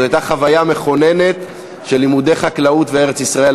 של חבר הכנסת יעקב מרגי וקבוצת חברי הכנסת.